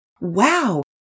Wow